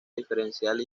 diferencial